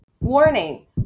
warning